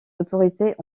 autorités